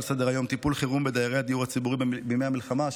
סדר-היום: טיפול חירום בדיירי הדיור הציבורי בימי המלחמה.